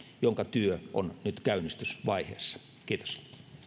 jonka työ on nyt käynnistysvaiheessa kiitos